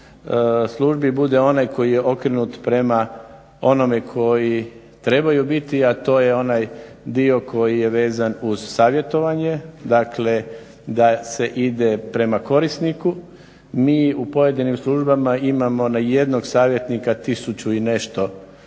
službi bude onaj koji je okrenut prema onome koji trebaju biti, a to je onaj dio koji je vezan uz savjetovanje, dakle da se ide prema korisniku. Mi u pojedinim službama imamo na jednog savjetnika tisuću i nešto